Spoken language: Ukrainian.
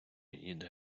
їде